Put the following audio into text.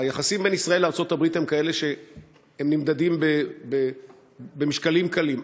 היחסים בין ישראל לארצות-הברית הם כאלה שהם נמדדים במשקלים קלים.